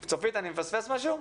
צופית, אני מפספס משהו?